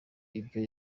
ibyo